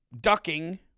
ducking